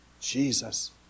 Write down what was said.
Jesus